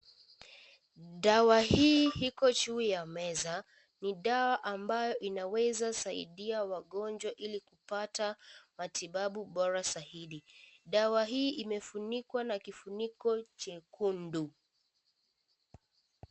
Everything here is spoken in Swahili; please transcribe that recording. Dawa hii iko juu ya meza , ni dawa ambayo inaweza saidia wagonjwa ili kupata matibabu bora zaidi. Dawa hii imefunikwa na kifuniko jekundu .